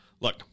Look